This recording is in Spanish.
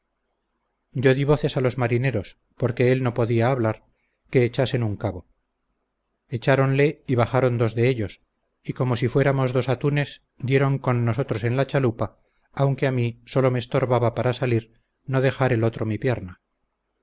yo dí voces a los marineros porque él no podía hablar que echasen un cabo echaronle y bajaron dos de ellos y como si fuéramos dos atunes dieron con nosotros en la chalupa aunque a mí solo me estorbaba para salir no dejar el otro mi pierna